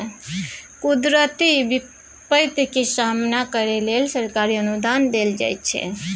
कुदरती बिपैत के सामना करइ लेल सरकारी अनुदान देल जाइ छइ